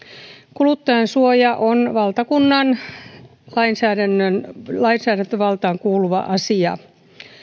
kuluttajansuoja on valtakunnan lainsäädäntövaltaan kuuluva asia